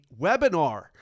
webinar